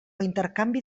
intercanvi